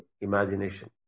imagination